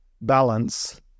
balance